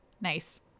nice